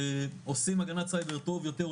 שעושים הגנת סייבר טוב יותר,